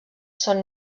són